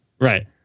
Right